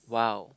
!wow!